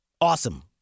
awesome